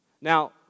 Now